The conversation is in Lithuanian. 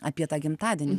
apie tą gimtadienį